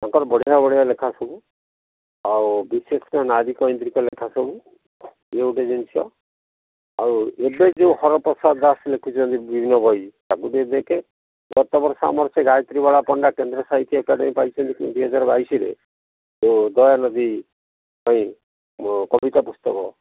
ତାଙ୍କର ବଢ଼ିଆ ବଢ଼ିଆ ଲେଖା ସବୁ ଆଉ ବିଶେଷ କରି ନାରୀଙ୍କ ଈନ୍ଦ୍ରୀକ ଲେଖା ସବୁ ଇଏ ଗୋଟେ ଜିନିଷ ଆଉ ଏବେ ଯେଉଁ ହର ପ୍ରସାଦ ଦାସ ଲେଖିଛନ୍ତି ବିଭିନ୍ନ ବହି ତାକୁ ଟିକିଏ ଦେଖେ ଗତବର୍ଷ ଆମର ସେ ଗାୟତ୍ରୀ ବାଳା ପଣ୍ଡା କେନ୍ଦ୍ର ସାହିତ୍ୟ ଏକାଡ଼େମୀ ପୁରସ୍କାର ପାଇଛନ୍ତି ଯେଉଁ ଦୁଇ ହଜାର ବାଇଶରେ ଯେଉଁ ଦୟାନିଧି ପାଇଁ ଯେଉଁ କବିତା ପୁସ୍ତକ